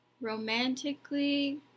Romantically